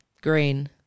Green